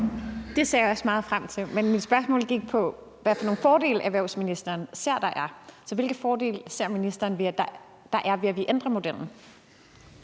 Det ser jeg også meget frem til. Men mit spørgsmål gik på, hvad for nogle fordele erhvervsministeren ser der er. Så hvilke fordele ser ministeren der er, ved at vi ændrer modellen?